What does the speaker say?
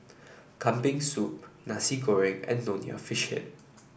Kambing Soup Nasi Goreng and Nonya Fish Head